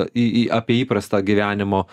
į į apie įprastą gyvenimo